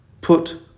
put